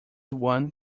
one